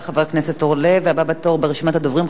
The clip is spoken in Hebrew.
הבא בתור ברשימת הדוברים, חבר הכנסת אורי אריאל.